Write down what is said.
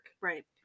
Right